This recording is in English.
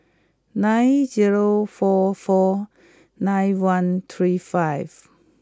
nine zero four four nine one three five